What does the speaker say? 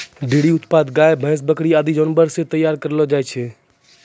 dairy उत्पाद गाय, भैंस, बकरी आदि जानवर सें तैयार करलो जाय छै